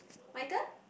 my turn